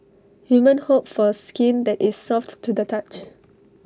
women hope for skin that is soft to the touch